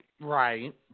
Right